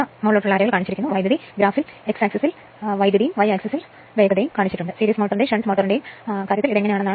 ഇപ്പോൾ മറ്റൊന്ന് speed torque സ്വഭാവമാണ്